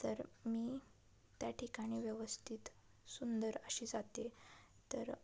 तर मी त्या ठिकाणी व्यवस्थित सुंदर अशी जाते तर